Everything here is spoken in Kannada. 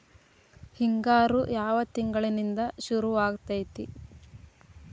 ಹಿಂಗಾರು ಯಾವ ತಿಂಗಳಿನಿಂದ ಶುರುವಾಗತೈತಿ?